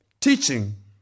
teaching